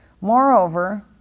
Moreover